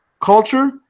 culture